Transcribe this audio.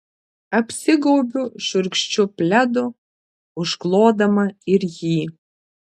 apsigaubiu šiurkščiu pledu užklodama ir jį